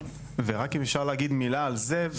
ורק אם אפשר להגיד מילה על זה,